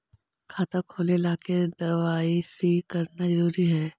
खाता खोले ला के दवाई सी करना जरूरी है?